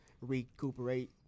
recuperate